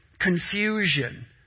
Confusion